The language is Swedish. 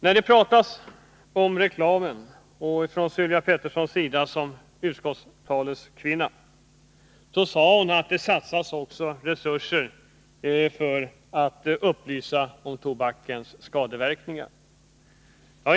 När Sylvia Pettersson såsom talesman för utskottet talade om reklamen, sade hon att det också satsas resurser för att upplysa om tobakens skadeverkningar.